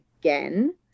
again